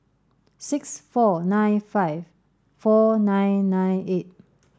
six four nine five four nine nine eight